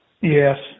Yes